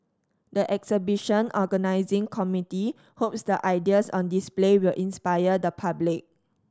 the exhibition organising committee hopes the ideas on display will inspire the public